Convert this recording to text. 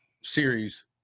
series